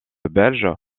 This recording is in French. belge